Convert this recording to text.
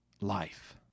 life